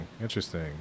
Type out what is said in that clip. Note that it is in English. interesting